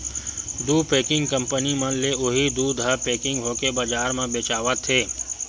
दू packing company मन ले उही दूद ह पेकिग होके बजार म बेचावत हे